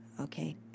okay